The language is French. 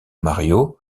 mario